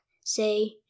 Say